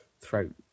throat